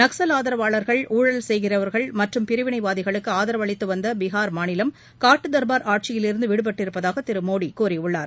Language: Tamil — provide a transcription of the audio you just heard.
நக்சல் ஆதரவாளர்கள் ஊழல் செய்கிறவர்கள் மற்றும் பிரிவினைவாதிகளுக்கு ஆதரவளித்து வந்த பிகார் மாநிலம் காட்டுத் தர்பார் ஆட்சியிலிருந்து விடுபட்டிருப்பதாக திரு மோடி கூறியுள்ளார்